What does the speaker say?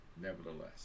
Nevertheless